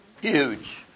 Huge